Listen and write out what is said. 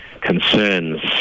concerns